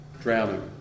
Drowning